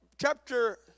chapter